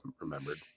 remembered